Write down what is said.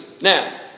Now